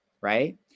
right